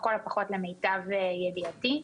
לכל הפחות למיטב ידיעתי.